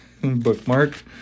bookmark